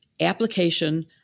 application